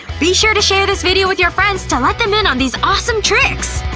be sure to share this video with your friends to let them in on these awesome tricks!